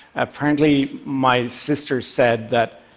apparently, my sister said that